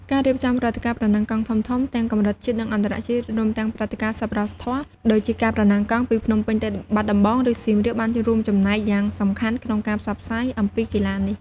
ការរៀបចំព្រឹត្តិការណ៍ប្រណាំងកង់ធំៗ ទាំងកម្រិតជាតិ និងអន្តរជាតិ រួមទាំងព្រឹត្តិការណ៍សប្បុរសធម៌ ដូចជាការប្រណាំងកង់ពីភ្នំពេញទៅបាត់ដំបង ឬសៀមរាប បានរួមចំណែកយ៉ាងសំខាន់ក្នុងការផ្សព្វផ្សាយអំពីកីឡានេះ។